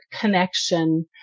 connection